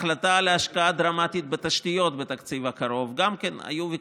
על ההחלטה על השקעה דרמטית בתשתיות בתקציב הקרוב גם כן היו ויכוחים,